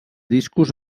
discos